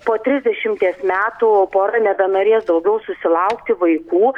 po trisdešimties metų pora nebenorės daugiau susilaukti vaikų